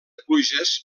pluges